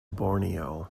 borneo